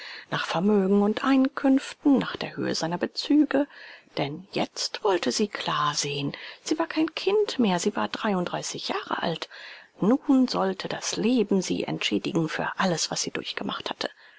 nach vermögen und einkünften nach der höhe seiner bezüge denn jetzt wollte sie klar sehen sie war kein kind mehr sie war dreiunddreißig jahre alt nun sollte das leben sie entschädigen für alles was sie durchgemacht hatte